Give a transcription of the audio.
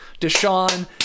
Deshaun